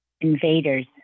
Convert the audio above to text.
invaders